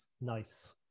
Nice